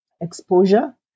exposure